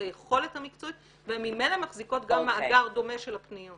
את היכולת המקצועי והן ממילא מחזיקות גם מאגר דומה של פניות.